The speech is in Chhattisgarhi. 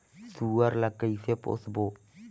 सुअर ला कइसे पोसबो?